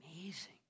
amazing